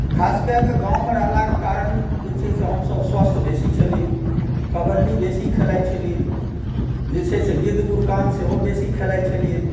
खास कए कऽ गाँवमे रहलाक कारण जे छै से हमसब स्वस्थ्य बेसी छलियै कबड्डी बेसी खेलाइ छलियै जे छै से गिद्ध गुरकान सेहो बेसी खेलाइ छलियै